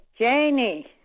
Janie